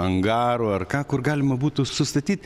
angarų ar ką kur galima būtų sustatyt